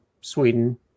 Sweden